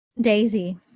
Daisy